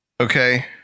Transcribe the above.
Okay